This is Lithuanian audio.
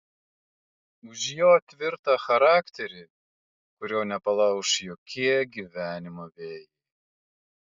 už jo tvirtą charakterį kurio nepalauš jokie gyvenimo vėjai